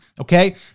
okay